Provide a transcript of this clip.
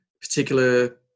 particular